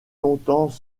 longtemps